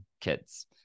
kids